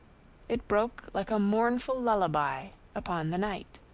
it broke like a mournful lullaby upon the night.